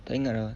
tak ingat ah